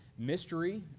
mystery